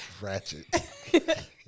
ratchet